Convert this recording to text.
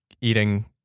eating